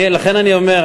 לכן אני אומר,